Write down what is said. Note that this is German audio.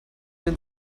den